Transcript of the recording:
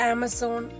Amazon